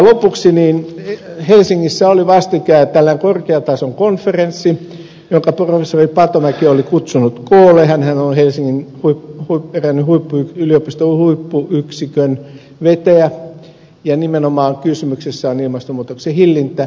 lopuksi helsingissä oli vastikään korkean tason konferenssi jonka professori patomäki oli kutsunut koolle hänhän on helsingin yliopiston erään huippuyksikön vetäjä ja nimenomaan kysymyksessä on ilmastonmuutoksen hillintä